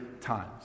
times